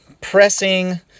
pressing